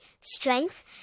strength